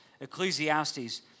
Ecclesiastes